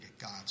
God's